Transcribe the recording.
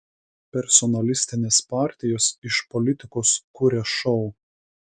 personalistinės partijos iš politikos kuria šou